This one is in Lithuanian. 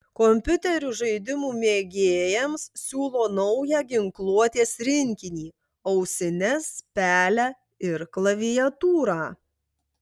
kompiuterių žaidimų mėgėjams siūlo naują ginkluotės rinkinį ausines pelę ir klaviatūrą